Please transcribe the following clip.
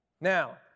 Now